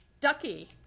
Ducky